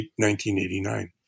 1989